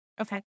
Okay